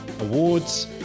Awards